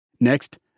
Next